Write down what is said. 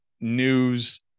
news